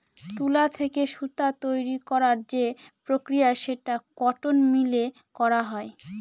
তুলা থেকে সুতা তৈরী করার যে প্রক্রিয়া সেটা কটন মিলে করা হয়